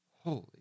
Holy